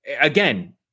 again